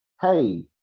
hey